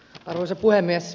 arvoisa puhemies